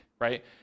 right